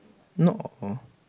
not all